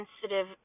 sensitive